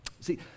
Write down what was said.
See